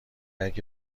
اگه